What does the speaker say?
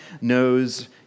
knows